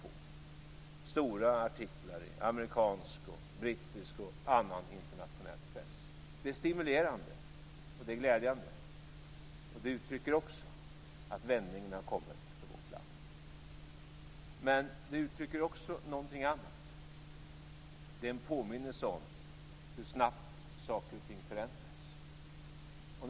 Det är stora artiklar i amerikansk, brittisk och annan internationell press. Det är stimulerande, och det är glädjande. Det uttrycker att vändningen har kommit för vårt land. Men det uttrycker också någonting annat. Det är en påminnelse om hur snabbt saker och ting förändras.